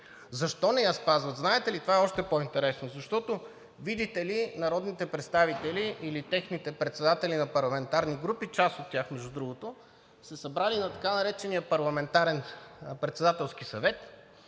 Защо не я спазват? Знаете ли? Това е още по-интересно, защото, видите ли, народните представители или техните председатели на парламентарни групи, част от тях, между другото, се събрали на така наречения Председателски съвет